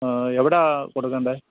എവിടെ ആണ് കൊടുക്കേണ്ടത്